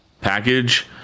package